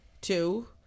two